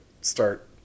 start